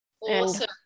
Awesome